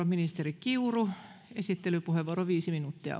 ministeri kiuru esittelypuheenvuoro viisi